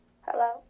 Hello